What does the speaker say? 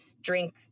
drink